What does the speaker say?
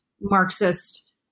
Marxist